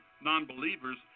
non-believers